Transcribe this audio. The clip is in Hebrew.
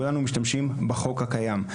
כולנו משתמשים בחוק הקיים.